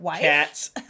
cats